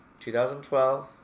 2012